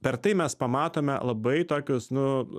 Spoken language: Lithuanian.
per tai mes pamatome labai tokius nu